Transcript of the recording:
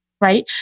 right